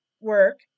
work